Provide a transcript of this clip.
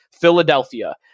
Philadelphia